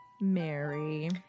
Mary